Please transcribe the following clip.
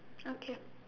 okay